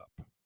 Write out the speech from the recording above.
up